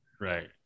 Right